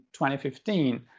2015